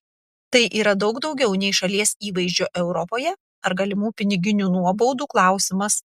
tai yra daug daugiau nei šalies įvaizdžio europoje ar galimų piniginių nuobaudų klausimas